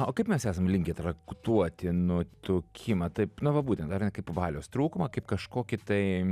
o kaip mes esam linkę traktuoti nutukimą taip na va būtent ar ne kaip valios trūkumą kaip kažkokį tai